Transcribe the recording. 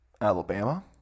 Alabama